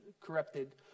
corrupted